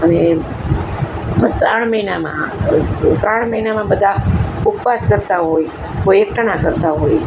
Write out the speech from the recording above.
અને શ્રાવણ મહિનામાં શ્રાવણ મહિનામાં બધા ઉપવાસ કરતાં હોય કોઈ એકટાણા કરતાં હોય